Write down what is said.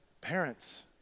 parents